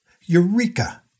Eureka